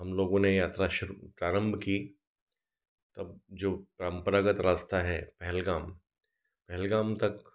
हमलोगों ने यात्रा शुरू प्रारम्भ की तब जो परम्परागत रास्ता है पहलगाम पहलगाम तक